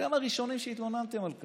אתם הראשונים שהתלוננתם על כך,